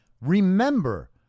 Remember